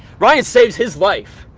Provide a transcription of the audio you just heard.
ryan saves his life!